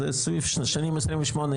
אז זה סביב השנים 2028,